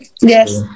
Yes